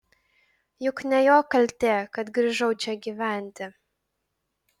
juk ne jo kaltė kad grįžau čia gyventi